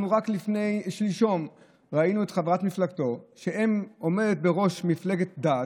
רק לפני שלשום ראינו את חברת מפלגתו שעומדת בראש ועדת דת,